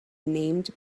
named